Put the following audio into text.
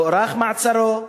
הוארך מעצרו,